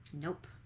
Nope